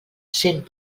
cent